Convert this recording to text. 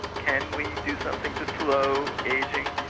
can we do something to slow ageing?